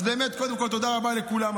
אז באמת, קודם כול תודה רבה לכולם.